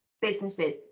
businesses